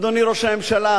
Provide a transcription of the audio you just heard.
אדוני ראש הממשלה,